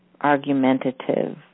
argumentative